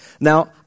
Now